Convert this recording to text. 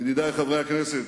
ידידי חברי הכנסת,